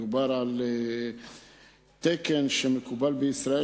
ודובר על תקן שמקובל בישראל,